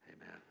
amen